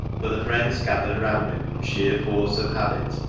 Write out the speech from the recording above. but the friends gathered round it from sheer force of habit,